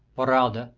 beralde,